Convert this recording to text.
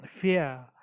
fear